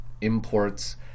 imports